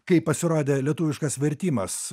kai pasirodė lietuviškas vertimas